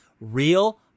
Real